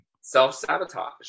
Self-sabotage